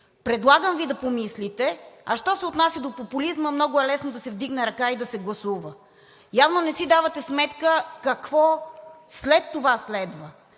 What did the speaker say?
Предлагам Ви да помислите. А що се отнася до популизма, много е лесно да се вдигне ръка и да се гласува. Явно не си давате сметка какво следва след